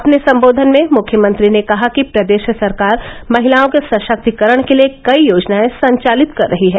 अपने सम्बोधन में मुख्यमंत्री ने कहा कि प्रदेश सरकार महिलाओं के सशक्तीकरण के लिये कई योजनाए संचालित कर रही है